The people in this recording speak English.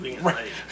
Right